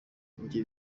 ibyo